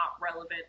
relevant